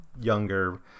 younger